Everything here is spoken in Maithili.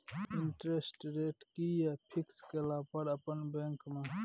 इंटेरेस्ट रेट कि ये फिक्स केला पर अपन बैंक में?